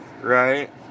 right